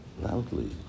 Loudly